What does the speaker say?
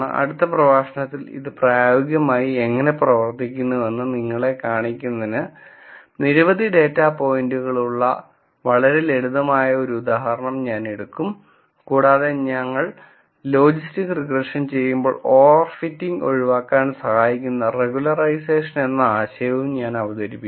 അടുത്ത പ്രഭാഷണത്തിൽ ഇത് പ്രായോഗികമായി എങ്ങനെ പ്രവർത്തിക്കുന്നുവെന്ന് നിങ്ങളെ കാണിക്കുന്നതിന് നിരവധി ഡാറ്റാ പോയിന്റുകളുള്ള വളരെ ലളിതമായ ഒരു ഉദാഹരണം ഞാൻ എടുക്കും കൂടാതെ ഞങ്ങൾ ലോജിസ്റ്റിക് റിഗ്രഷൻ ചെയ്യുമ്പോൾ ഓവർഫിറ്റിംഗ് ഒഴിവാക്കാൻ സഹായിക്കുന്ന റെഗുലറൈസേഷൻ എന്ന ആശയവും ഞാൻ അവതരിപ്പിക്കും